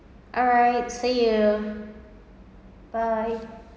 alright see you bye